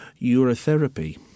urotherapy